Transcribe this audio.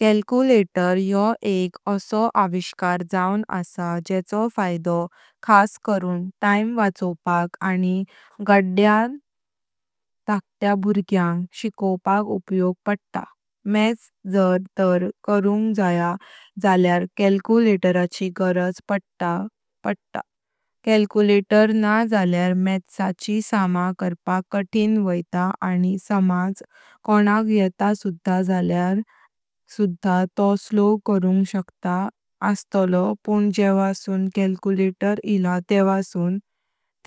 कॅलक्यूलटर यो एक आसा आविष्कार जावन आसा जेको फायदा खास कारून टाइम वचोपाक आनि गद्य धा बर्ग्यांग शिकोपाक उपयोगक पडता। मॅथ्स जर तार करुंग जाय जाल्यार कॅलक्यूलटराची गरज पडतात पडता। कॅलक्यूलटर न्हा जाल्यार मॅथ्स ची समा करपाक कथिन व्होईता आनि समझ कोणक येता सुधा जाल्यार सुधा तो स्लो करुंग शक्त आस्तलो पण जेवां सुन कॅलक्यूलटर इला तेवां सुन